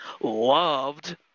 loved